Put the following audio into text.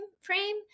frame